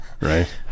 right